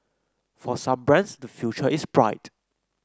for some brands the future is bright